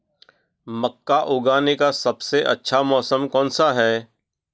मक्का उगाने का सबसे अच्छा मौसम कौनसा है?